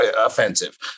offensive